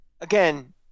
again